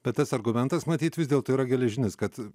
bet tas argumentas matyt vis dėlto yra geležinis kad